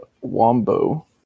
Wombo